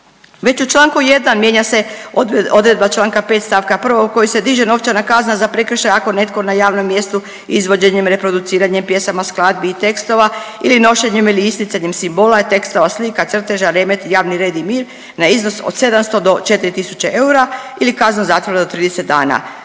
Već u Članku 1. mijenja se odredba Članka 5. stavka 1. kojim se diže novčana kazna za prekršaj ako netko na javnom mjestu izvođenjem, reproduciranjem pjesama, skladbi i tekstova ili nošenjem ili isticanjem simbola i tekstova slika, crteža remeti javni red i mir na iznos od 700 do 4.000 eura ili kazna zatvora do 30 dana.